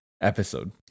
episode